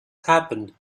happened